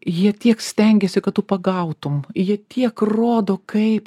jie tiek stengiasi kad tu pagautum ji tiek rodo kaip